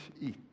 eat